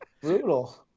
brutal